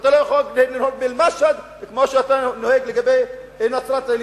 ואתה לא יכול לנהוג באל-משהד כמו שאתה נוהג לגבי נצרת-עילית.